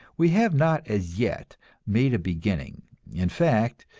we have not as yet made a beginning in fact,